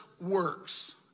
works